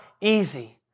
easy